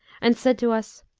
and said to us,